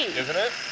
isn't it?